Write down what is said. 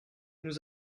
nous